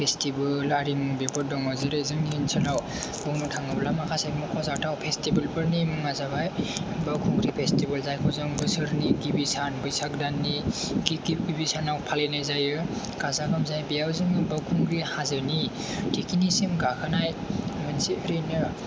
festival आरिमु बेफोर दङ जेरै जोंनि ओनसोलाव बुंनो थाङोब्ला माखासे मख'जाथाव फेस्टिबोलफोरनि मुंआ जाबाय बावखुंग्रि फेस्टिबोल जायखौ जों बोसोरनि गिबि सान बैसाग दाननि थिगबे गिबि सानाव फालिनाय जायो गाजा गोमजायै बेयाव जोङो बावखुंग्रि हाजोनि थिखिनिसिम गाखोनाय मोनसे ओरैनो